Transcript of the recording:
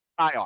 IR